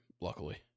luckily